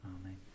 Amen